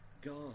God